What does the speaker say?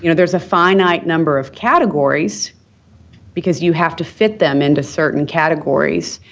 you know there's a finite number of categories because you have to fit them into certain categories,